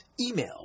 Email